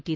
T